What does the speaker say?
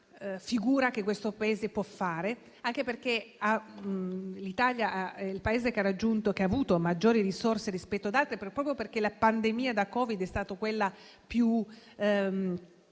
che questo Paese può fare, anche perché l'Italia ha avuto maggiori risorse rispetto ad altri, proprio perché la pandemia da Covid è stata più